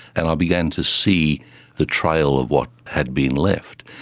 and i began to see the trail of what had been left.